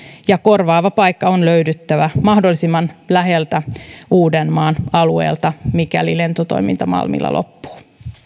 ja korvaava paikka on löydyttävä mahdollisimman läheltä uudenmaan alueelta mikäli lentotoiminta malmilla loppuu